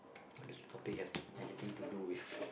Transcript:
this topic have anything to do with